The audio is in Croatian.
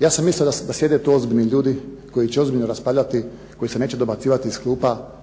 ja sam mislio da sjede tu ozbiljni ljudi koji će ozbiljno raspravljati, koji se neće dobacivat iz klupa